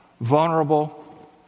vulnerable